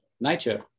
nature